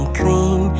clean